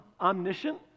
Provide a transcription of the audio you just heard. omniscient